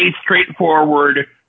straightforward